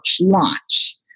launch